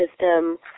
system